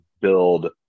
build